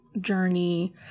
journey